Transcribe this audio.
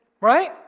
right